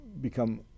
become